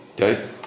Okay